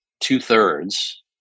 two-thirds